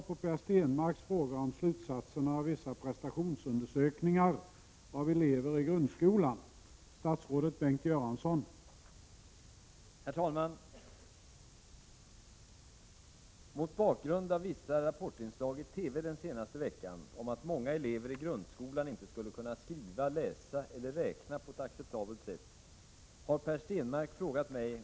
I ett antal inslag i Rapport den senaste veckan har TV visat att många elever, högt upp i grundskolan, inte kan skriva, läsa eller räkna på ett acceptabelt sätt.